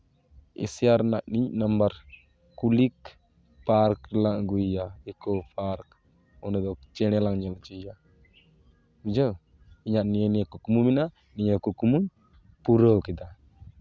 Asia ᱨᱮᱭᱟᱜ ᱢᱤᱫ number Kulik park ᱨᱮᱞᱟᱝ ᱟᱹᱜᱩᱭᱮᱭᱟ ᱤᱠᱳ ᱯᱟᱨᱠ ᱚᱸᱰᱮ ᱫᱚ ᱪᱮᱬᱮ ᱞᱟᱝ ᱧᱮᱞ ᱦᱚᱪᱚᱭᱮᱭᱟ ᱵᱩᱡᱷᱟᱹᱣ ᱤᱧᱟᱜ ᱱᱤᱭᱮ ᱱᱤᱭᱟᱹ ᱠᱩᱠᱢᱩ ᱢᱮᱱᱟᱜᱼᱟ ᱱᱤᱭᱟᱹ ᱠᱩᱠᱢᱩ ᱯᱩᱨᱟᱹᱣ ᱠᱮᱫᱟ